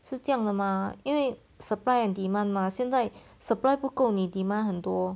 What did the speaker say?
是这样的 mah 因为 supply and demand mah 现在 supply 不够你 demand 很多